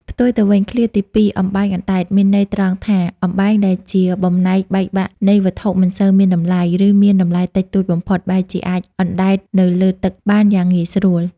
ផ្ទុយទៅវិញ ឃ្លាទីពីរ "អំបែងអណ្ដែត" មានន័យត្រង់ថា អំបែងដែលជាបំណែកបែកបាក់នៃវត្ថុមិនសូវមានតម្លៃ ឬមានតម្លៃតិចតួចបំផុត បែរជាអាចអណ្ដែតនៅពីលើទឹកបានយ៉ាងងាយស្រួល។